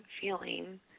feeling